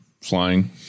flying